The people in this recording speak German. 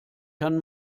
kann